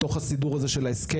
בתוך הסידור הזה של ההסכם,